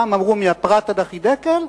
פעם אמרו "מהפרת עד החידקל",